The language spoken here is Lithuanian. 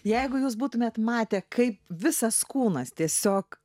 jeigu jūs būtumėte matę kaip visas kūnas tiesiog